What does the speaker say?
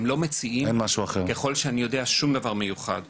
הם לא מציעים, ככל שאני יודע, שום דבר מיוחד.